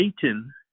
Satan